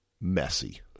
messy